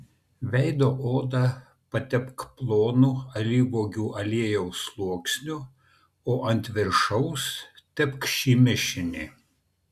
veido odą patepk plonu alyvuogių aliejaus sluoksniu o ant viršaus tepk šį mišinį